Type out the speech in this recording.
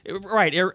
right